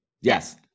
Yes